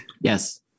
Yes